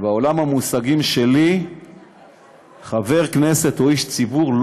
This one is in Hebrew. בעולם המושגים שלי חבר כנסת הוא איש ציבור,